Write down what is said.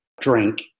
drink